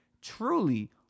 Truly